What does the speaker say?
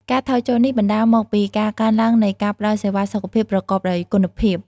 ការថយចុះនេះបណ្តាលមកពីការកើនឡើងនៃការផ្តល់សេវាសុខភាពប្រកបដោយគុណភាព។